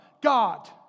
God